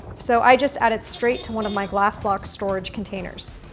so i just add it straight to one of my glasslock storage containers.